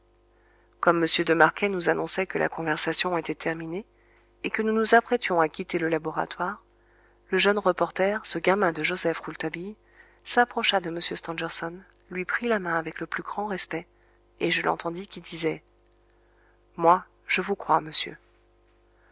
m de marquet nous annonçait que la conversation était terminée et que nous nous apprêtions à quitter le laboratoire le jeune reporter ce gamin de joseph rouletabille s'approcha de m stangerson lui prit la main avec le plus grand respect et je l'entendis qui disait moi je vous crois monsieur